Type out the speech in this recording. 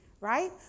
right